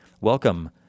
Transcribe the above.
Welcome